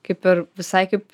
kaip ir visai kaip